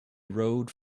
rode